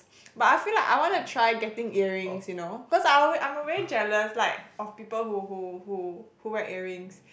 but I feel like I want to try getting earrings you know cause I always I'm very jealous like of people who who who who wear earrings